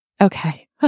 okay